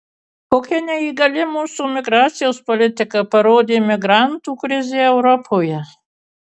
kokia neįgali mūsų migracijos politika parodė migrantų krizė europoje